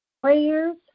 prayers